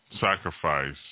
sacrifice